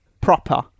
Proper